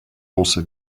also